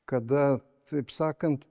kada taip sakant